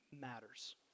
matters